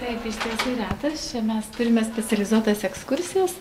taip jūs teisi retas čia mes turime specializuotas ekskursijas